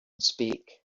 speak